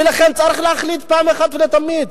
ולכן צריך להחליט פעם אחת ולתמיד.